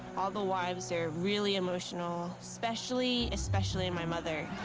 all the wives, they're really emotional, especially especially and my mother.